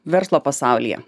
verslo pasaulyje